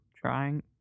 trying